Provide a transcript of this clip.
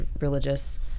religious